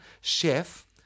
chef